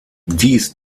dies